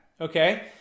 okay